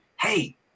hey